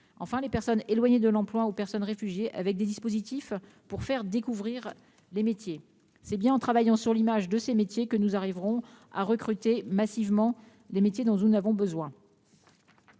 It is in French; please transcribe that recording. les personnes éloignées de l'emploi, les personnes réfugiées, avec des dispositifs pour leur faire découvrir ces métiers. C'est bien en travaillant sur l'image de ceux-ci que nous arriverons à recruter massivement les professionnels dont nous avons besoin.